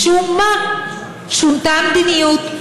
משום מה, שונתה המדיניות.